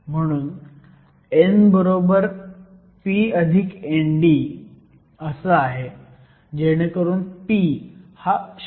म्हणून n p Nd जेणेकरून p हा 0